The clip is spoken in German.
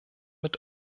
mit